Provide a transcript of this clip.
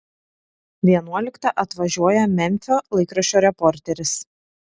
vienuoliktą atvažiuoja memfio laikraščio reporteris